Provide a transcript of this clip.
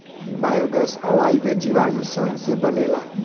biogas अवायवीय जीवाणु सन से बनेला